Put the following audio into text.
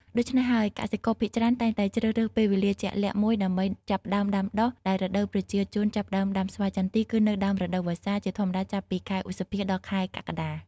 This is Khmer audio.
ដូច្នេះហើយ កសិករភាគច្រើនតែងតែជ្រើសរើសពេលវេលាជាក់លាក់មួយដើម្បីចាប់ផ្តើមដាំដុះ ដែលរដូវប្រជាជនចាប់ផ្ដើមដាំស្វាយចន្ទីគឺនៅ ដើមរដូវវស្សា ជាធម្មតាចាប់ពី ខែឧសភា ដល់ខែកក្កដា។។